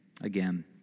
again